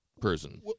person